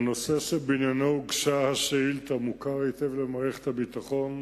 הנושא שבעניינו הוגשה השאילתא מוכר היטב למערכת הביטחון.